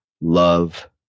love